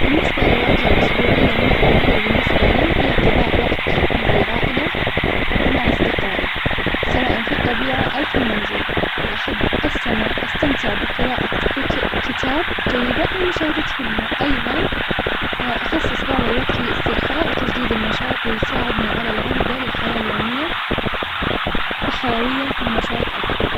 بالنسبة للعطلة الأسبوعية المثالية بالنسبة لي, هي قضاء وقت مع العائلة, ومع أصدقائي, سواءً في الطبيعة أو في المنزل, وأحب أستمع- أستمتع بقراءة كت- كتاب جيدة, أو مشاهدة فيلم, وأيضاً أخصص بعض الوقت للإسترخاء وتجديد النشاط, ويساعدني على العودة للحياة اليومية بحيوية ونشاط أكثر.